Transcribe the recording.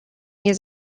nie